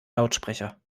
lautsprecher